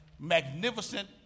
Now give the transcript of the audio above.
magnificent